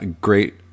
great